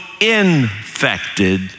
infected